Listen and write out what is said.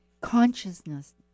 Consciousness